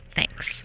Thanks